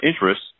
interest